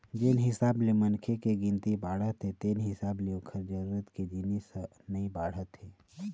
जेन हिसाब ले मनखे के गिनती बाढ़त हे तेन हिसाब ले ओखर जरूरत के जिनिस ह नइ बाढ़त हे